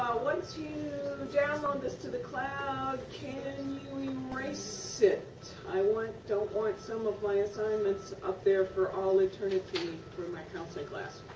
once you download this to the cloud can and you erase it? i don't want some of my assignments up there for all eternity. for my counseling class.